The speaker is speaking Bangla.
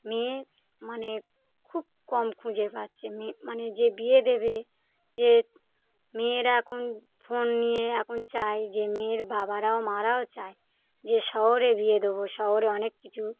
মেয়ে মানে খুব কম খুঁজে পাচ্ছে মেয়ে মানে যে বিয়ে দেবে যে মেয়েরা এখন ফোন নিয়ে একন চায় যে মেয়ের বাবারাও মা রাও চায় যে শহরে বিয়ে দেবো শহরে অনেক কিছু